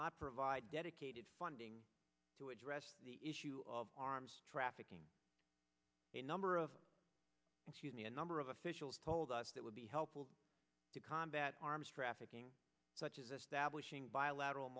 not provide dedicated funding to address the issue of arms trafficking a number of excuse me a number of officials told us that would be helpful to combat arms trafficking such as establishing bilateral